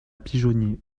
pigeonnier